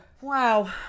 Wow